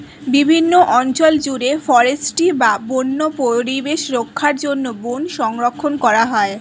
বিভিন্ন অঞ্চল জুড়ে ফরেস্ট্রি বা বন্য পরিবেশ রক্ষার জন্য বন সংরক্ষণ করা হয়